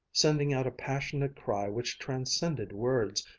sending out a passionate cry which transcended words.